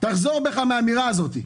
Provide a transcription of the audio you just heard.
תחזור בך מהאמירה הזאת.